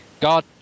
God